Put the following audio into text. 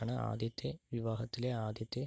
ആണ് ആദ്യത്തെ വിവാഹത്തിലെ ആദ്യത്തെ